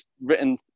written